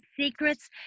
Secrets